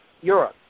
Europe